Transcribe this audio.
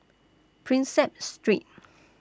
Prinsep Street